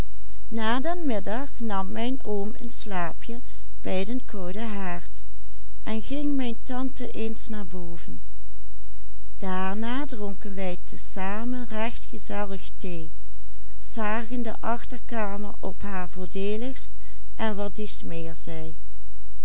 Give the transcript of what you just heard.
haard en ging mijn tante eens naar boven daarna dronken wij te zamen recht gezellig thee zagen de achterkamer op haar voordeeligst en wat dies meer zij